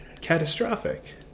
catastrophic